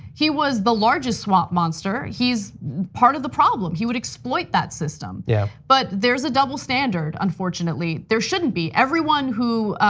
he was the largest swamp monster. he's part of the problem. he would exploit that system. yeah. but there's a double standard, unfortunately. there shouldn't be, everyone who